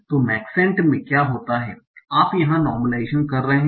तो मैक्सेंट में क्या होता है आप यहाँ नार्मलाइजेशन कर रहे हैं